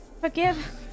forgive